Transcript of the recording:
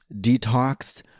detox